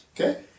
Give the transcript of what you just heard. Okay